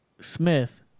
Smith